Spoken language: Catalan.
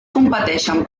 competeixen